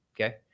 Okay